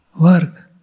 work